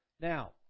Now